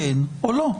כן או לא?